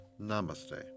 namaste